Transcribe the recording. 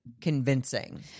convincing